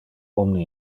omne